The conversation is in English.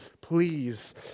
Please